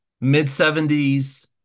Mid-70s